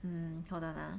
hmm hold on ah